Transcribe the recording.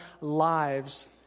lives